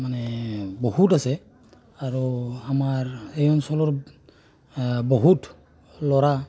মানে বহুত আছে আৰু আমাৰ এই অঞ্চলৰ বহুত ল'ৰা